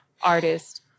artist